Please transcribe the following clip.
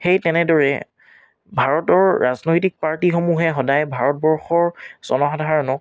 সেই তেনেদৰেই ভাৰতৰ ৰাজনৈতিক পাৰ্টীসমূহে সদায় ভাৰতবৰ্ষৰ জনসাধাৰণক